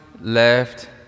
Left